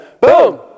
Boom